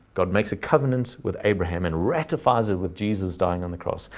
god makes a covenant with abraham and ratifies it with jesus dying on the cross,